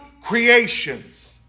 creations